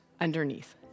underneath